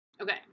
Okay